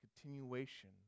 continuation